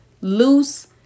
loose